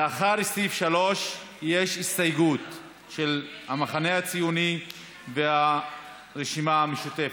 לאחר סעיף 3 יש הסתייגות של המחנה הציוני והרשימה המשותפת.